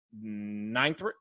ninth